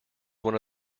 one